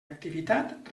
activitat